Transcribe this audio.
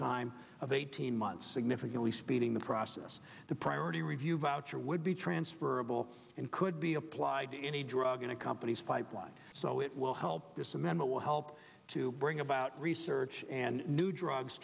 time of eighteen months significantly speeding the process the priority review voucher would be transferable and could be applied to any drug in a company's pipeline so it will help this amendment will help to bring about research and new drugs